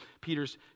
Peter's